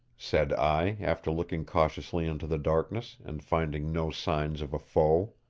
said i, after looking cautiously into the darkness, and finding no signs of a foe.